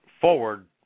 forward